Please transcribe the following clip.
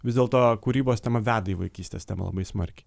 vis dėlto kūrybos tema veda į vaikystės temą labai smarkiai